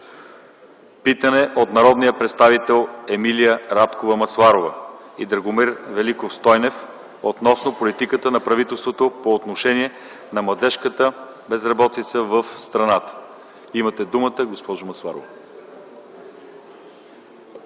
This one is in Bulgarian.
Питане от народния представител Емилия Радкова Масларова и Драгомир Великов Стойнев, относно политиката на правителството по отношение на младежката безработица в страната. Имате думата, госпожо Масларова.